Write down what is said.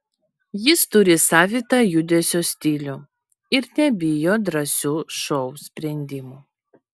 jis turi savitą judesio stilių ir nebijo drąsių šou sprendimų